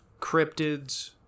cryptids